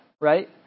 Right